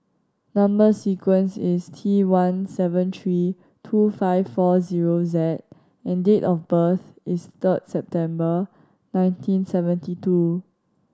number sequence is T one seven three two five four zero Z and date of birth is third September nineteen seventy two